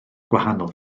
gwahanol